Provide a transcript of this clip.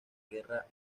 guerra